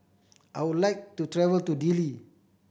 I would like to travel to Dili